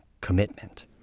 commitment